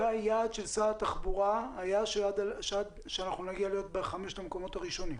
והיעד של שר התחבורה היה שאנחנו נגיע להיות בחמשת המקומות הראשונים.